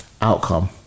outcome